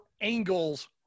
angles